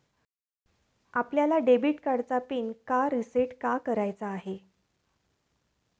आपल्याला डेबिट कार्डचा पिन का रिसेट का करायचा आहे?